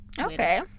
Okay